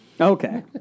Okay